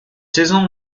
saison